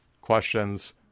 questions